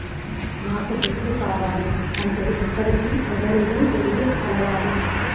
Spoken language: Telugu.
నాకు డ్రిప్లు కావాలి అంటే ఎక్కడికి, ఎవరిని వెళ్లి కలవాలి?